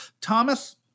Thomas